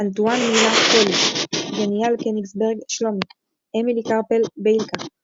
אנטואן מילה - פולי גניאל קניגסברג - שלומי אמילי קרפל - ביילקה